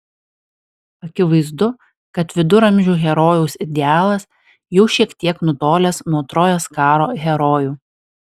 akivaizdu kad viduramžių herojaus idealas jau šiek tiek nutolęs nuo trojos karo herojų